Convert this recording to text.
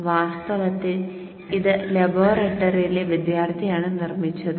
വാസ്തവത്തിൽ ഇത് ലബോറട്ടറിയിലെ വിദ്യാർത്ഥിയാണ് നിർമ്മിച്ചത്